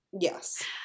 Yes